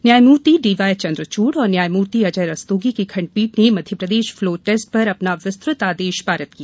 न्यायमूर्ति D Y Chandrachud और न्यायमूर्ति अजय रस्तोगी की खंडपीठ ने मध्यप्रदेश फ्लोर टेस्ट पर अपना विस्तत आदेश पारित किया